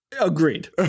agreed